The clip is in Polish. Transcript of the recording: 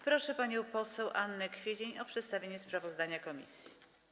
Proszę panią poseł Annę Kwiecień o przedstawienie sprawozdania komisji.